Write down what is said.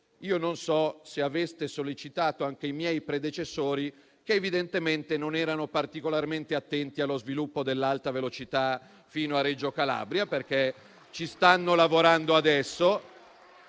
non so se avesse sollecitato anche i miei predecessori, che evidentemente non erano particolarmente attenti allo sviluppo dell'Alta velocità fino a Reggio Calabria, perché ci stanno lavorando adesso.